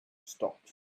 stopped